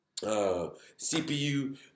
CPU